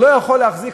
לא יכול להחזיק,